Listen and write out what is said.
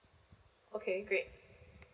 okay great